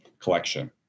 collection